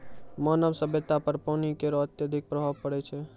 मानव सभ्यता पर पानी केरो अत्यधिक प्रभाव पड़ै छै